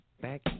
Back